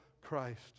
Christ